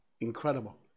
Incredible